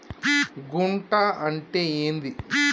గుంట అంటే ఏంది?